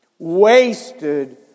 Wasted